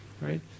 right